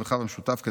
במרחב המשותף.